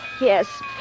Yes